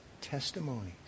testimonies